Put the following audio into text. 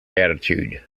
attitude